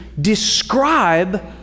describe